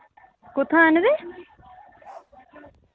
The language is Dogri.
कुत्थां आह्नदे